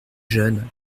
jeunes